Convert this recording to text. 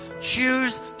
Choose